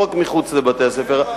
לא רק מחוץ לבתי-הספר.